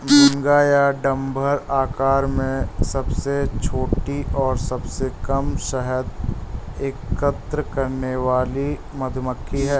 भुनगा या डम्भर आकार में सबसे छोटी और सबसे कम शहद एकत्र करने वाली मधुमक्खी है